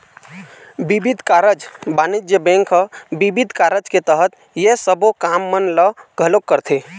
बिबिध कारज बानिज्य बेंक ह बिबिध कारज के तहत ये सबो काम मन ल घलोक करथे